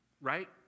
right